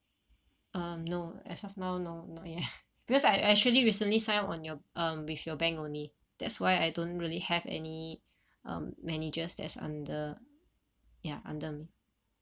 um no as of now no not yet because I actually recently sign up on your uh with your bank only that's why I don't really have any um managers that's under ya under me